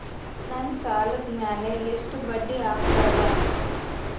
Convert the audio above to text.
ನನ್ನ ಸಾಲದ್ ಮ್ಯಾಲೆ ಎಷ್ಟ ಬಡ್ಡಿ ಆಗ್ತದ?